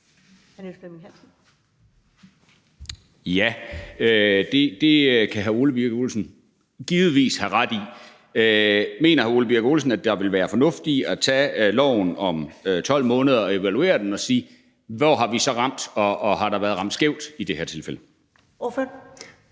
Ja, det kan hr. Ole Birk Olesen givetvis have ret i. Mener hr. Ole Birk Olesen, at der ville være fornuft i at evaluere loven om 12 måneder og sige: Hvor har vi så ramt, og har der været ramt skævt i det her tilfælde? Kl.